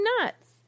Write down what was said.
nuts